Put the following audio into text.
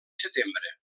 setembre